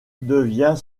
devient